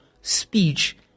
speech